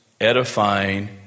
edifying